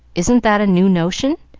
isn't that a new notion?